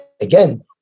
again